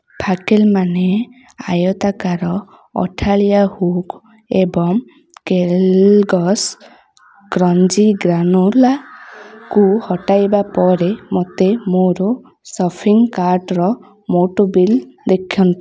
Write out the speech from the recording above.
ଫାକେଲମାନ ଆୟତାକାର ଅଠାଳିଆ ହୁକ୍ ଏବଂ କେଲଗ୍ସ୍ କ୍ରଞ୍ଚି ଗ୍ରାନୋଲାକୁ ହଟାଇବା ପରେ ମୋତେ ମୋର ସପିଙ୍ଗ କାର୍ଟର ମୋଟ ବିଲ୍ ଦେଖାନ୍ତୁ